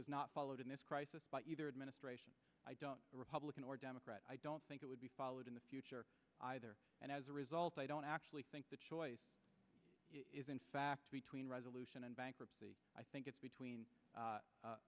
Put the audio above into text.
was not followed in this crisis by either administration i don't republican or democrat i don't think it would be followed in the future either and as a result i don't actually think the choice is in fact between resolution and bankruptcy i think it's between